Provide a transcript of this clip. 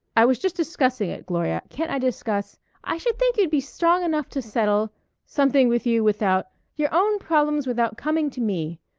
i was just discussing it, gloria. can't i discuss i should think you'd be strong enough to settle something with you without your own problems without coming to me.